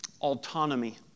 autonomy